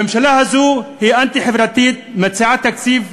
הממשלה הזאת היא אנטי-חברתית, ומציעה תקציב,